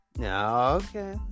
okay